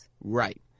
Right